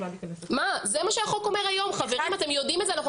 זה מה ש החוק אומר היום ואתם יודעים את זה.